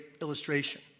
illustration